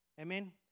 Amen